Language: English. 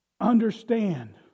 understand